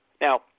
Now